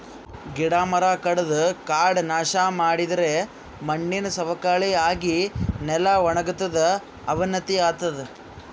ಗಿಡ ಮರ ಕಡದು ಕಾಡ್ ನಾಶ್ ಮಾಡಿದರೆ ಮಣ್ಣಿನ್ ಸವಕಳಿ ಆಗಿ ನೆಲ ವಣಗತದ್ ಅವನತಿ ಆತದ್